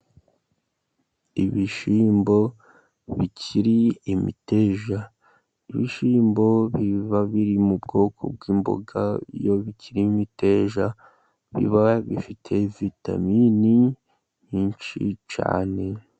Ibishyimbo bikiri imiteja, ibishyimbo biba biri mu bwoko bw'imboga, iyo bikiri imiteja biba bifite vitamini nyinshi cyane.